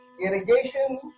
irrigation